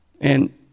And-